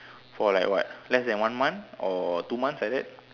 for like what less than one month or two months like that